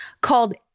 called